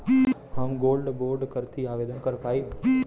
हम gold bond करती आवेदन कर पाईब?